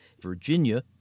Virginia